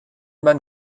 man